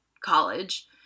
college